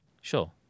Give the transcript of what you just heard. sure